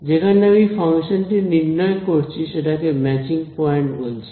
যেখানে আমি ফাংশনটি নির্ণয় করছি সেটাকে ম্যাচিং পয়েন্ট বলছি